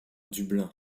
dublin